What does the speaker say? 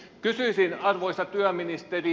kysyisin arvoisa työministeri